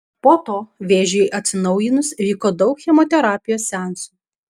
po to vėžiui atsinaujinus vyko daug chemoterapijos seansų